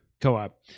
co-op